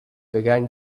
began